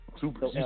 Super